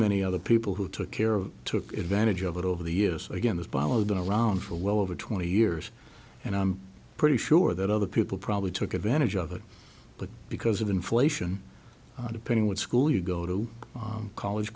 many other people who took care of took advantage of it over the years again this bhalo done around for well over twenty years and i'm pretty sure that other people probably took advantage of it but because of inflation depending what school you go to college